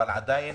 אבל התורים עדיין